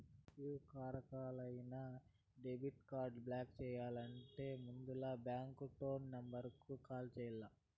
yeah కారణాలవల్లైనా debit card block చెయ్యాలంటే ముందల బాంకు టోల్ నెంబరుకు కాల్ చెయ్యాల్ల